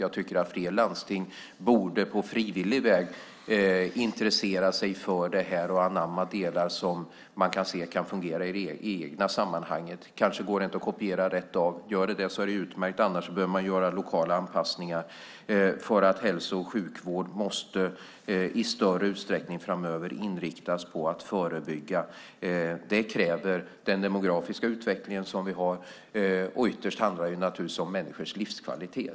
Jag tycker att fler landsting på frivillig väg borde intressera sig för det och anamma sådana delar som kan fungera i deras sammanhang. Kanske kan det inte kopieras rakt av, men om det är möjligt är det utmärkt. I annat fall får man göra lokala anpassningar. Framöver måste hälso och sjukvården i större utsträckning inriktas på förebyggande insatser. Det kräver den demografiska utveckling vi har, och ytterst handlar det naturligtvis om människors livskvalitet.